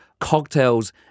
cocktails